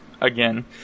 again